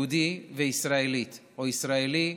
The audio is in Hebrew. יהודי וישראלית או ישראלי ויהודייה,